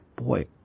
boy